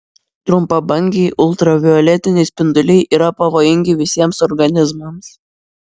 trumpabangiai ultravioletiniai spinduliai yra pavojingi visiems organizmams